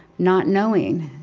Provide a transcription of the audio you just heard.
not knowing,